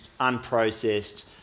unprocessed